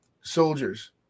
soldiers